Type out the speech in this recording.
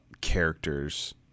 characters